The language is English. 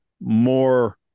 more